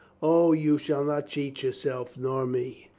o, you shall not cheat yourself nor me.